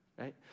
Right